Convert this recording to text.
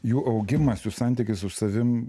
jų augimas jų santykis su savim